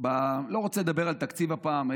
לא רוצה לדבר על תקציב הפעם.